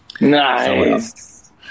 Nice